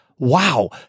Wow